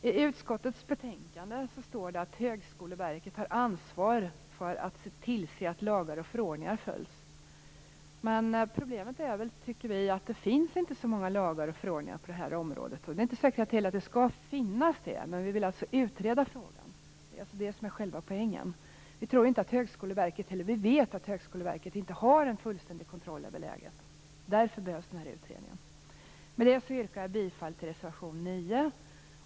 I utskottets betänkande står det att Högskoleverket har ansvar för att tillse att lagar och förordningar följs. Men problemet är att det inte finns så många lagar och förordningar på det här området. Det är inte heller säkert att det skall finnas det, men vi vill alltså utreda frågan. Det är själva poängen. Vi vet att Högskoleverket inte har en fullständig kontroll över läget. Därför behövs en utredning. Med detta yrkar jag bifall till reservation 9.